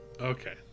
Okay